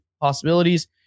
possibilities